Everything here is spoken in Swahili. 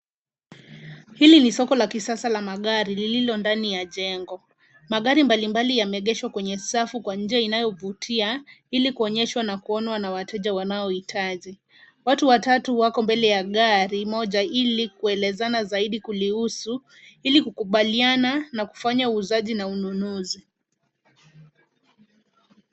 Hili ni soko la kisasa la magari lilio ndani ya jengo. Magari mbalimbali yameegeshwa kwenye safu Kwa njia inayovutia ili kuonyeshwa na kuonwa na wateja wanaohitaji. Watu watatu wako mbele ya gari moja ili kuelezana zaidi kulihusu ili kukubaliana na kufanya uuzaji na ununuzi.